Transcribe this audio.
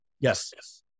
Yes